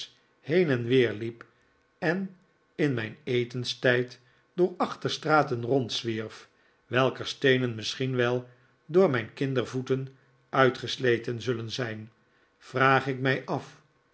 heen en weer liep en in mijn etenstijd door achterstraten rondzwierf welker steenen misschien wel door mijn kindervoeten uitgesleten zullen zijn vraag ik mij af